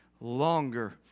longer